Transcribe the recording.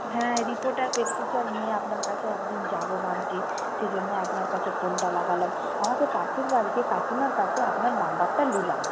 হ্যাঁ রিপোর্ট আর প্রেসক্রিপশান নিয়ে আপনার কাছে এক দিন যাব ভাবছি সেজন্যই আপনার কাছে ফোনটা লাগালাম আমাদের পাশের বাড়িতে কাকিমার কাছে আপনার নাম্বারটা নিলাম